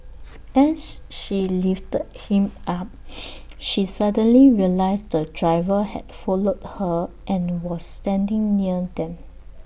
as she lifted him up she suddenly realised the driver had followed her and was standing near them